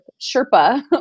Sherpa